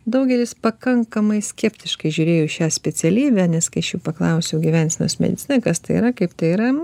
daugelis pakankamai skeptiškai žiūrėjo į šią specialybę nes kai aš jų paklausiau gyvensenos medicina kas tai yra kaip tai yra